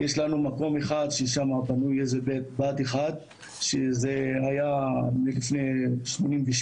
יש לנו מקום אחד ששמה בנוי איזה בית בד אחד שזה היה מלפני 1987,